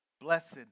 Blessed